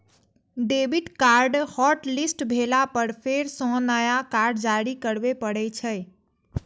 debit card hotlist भेला पर फेर सं नया कार्ड जारी करबे पड़ै छै